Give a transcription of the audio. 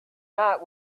night